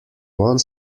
one